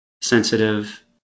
sensitive